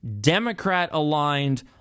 Democrat-aligned